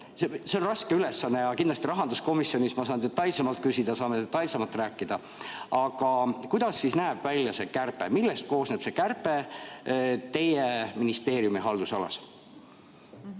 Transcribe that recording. See on raske ülesanne. Kindlasti rahanduskomisjonis ma saan selle kohta detailsemalt küsida ja saame detailsemalt rääkida. Aga kuidas näeb välja see kärbe? Millest koosneb see kärbe teie ministeeriumi haldusalas?